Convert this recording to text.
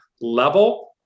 level